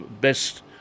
best